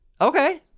Okay